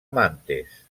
mantes